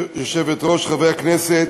היושבת-ראש, חברי הכנסת,